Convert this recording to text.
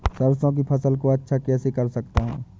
सरसो की फसल को अच्छा कैसे कर सकता हूँ?